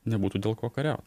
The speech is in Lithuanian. nebūtų dėl ko kariau